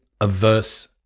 averse